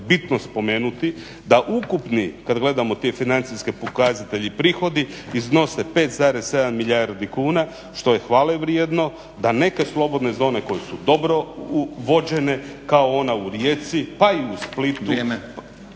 bitno spomenuti, da ukupni, kad gledamo te financijski pokazatelji i prihodi iznose 5,7 milijardi kuna što je hvalevrijedno, da neke slobodne zone koje su dobro uvođene kao ona u Rijeci pa i u Splitu